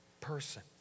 person